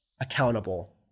accountable